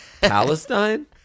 palestine